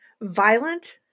violent